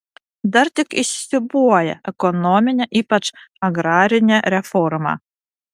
dar tik įsisiūbuoja ekonominė ypač agrarinė reforma